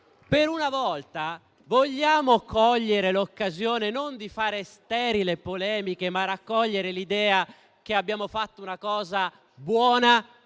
Per una volta vogliamo cogliere l'occasione non di fare sterili polemiche, ma di raccogliere l'idea che abbiamo fatto una cosa buona